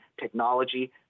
technology